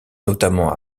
notamment